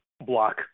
block